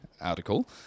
article